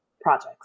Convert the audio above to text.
projects